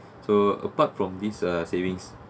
so apart from this uh savings